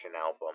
album